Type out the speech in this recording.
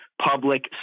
Public